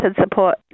support